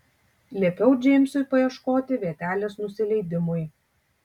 liepiau džeimsui paieškoti vietelės nusileidimui